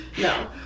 No